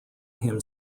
him